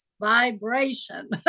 Vibration